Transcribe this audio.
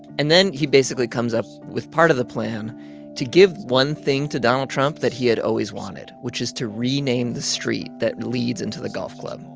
and then he basically comes up with part of the plan to give one thing to donald trump that he had always wanted, which is to rename the street that leads into the golf club.